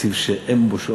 תקציב שאין בו שום,